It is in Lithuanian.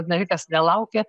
navikas nelaukia